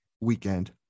weekend